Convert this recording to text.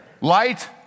light